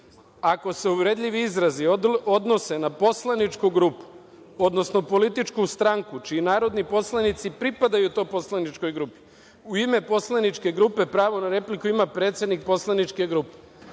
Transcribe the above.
Ako se uvredljivi izrazi odnose na poslaničku grupu, odnosno političku stranku čijoj stranci pripadaju narodni poslanici, u ime poslaničke grupe, pravo na repliku ima predsednik poslaničke grupe.